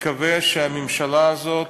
שהממשלה הזאת